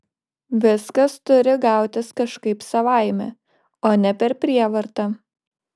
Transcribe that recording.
viskas turi gautis kažkaip savaime o ne per prievartą